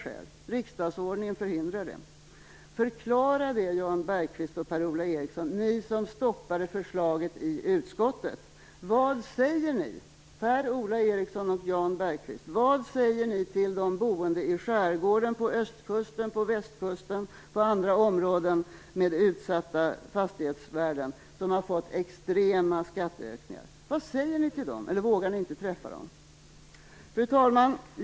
Riksdagsordningen förhindrar det. Förklara det, Jan Bergqvist och Per-Ola Eriksson, ni som stoppade förslaget i utskottet. Vad säger ni, Per Ola Eriksson och Jan Bergqvist, till de boende i skärgården, på östkusten, på västkusten och i andra områden med utsatta fastighetsvärden, som har fått extrema skatteökningar? Vad säger ni till dem? Eller vågar ni inte träffa dem? Fru talman!